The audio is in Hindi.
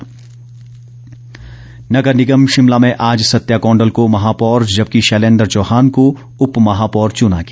मेंट नगर निगम शिमला में आज सत्या कौंडल को महापौर जबकि शैलेन्द्र चौहान को उप महापौर चुना गया